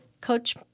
Coach